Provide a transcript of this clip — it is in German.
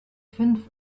fünf